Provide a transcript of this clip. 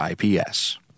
ips